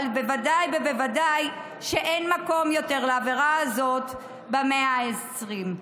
אבל בוודאי ובוודאי שאין מקום יותר לעבירה הזאת במאה ה-20.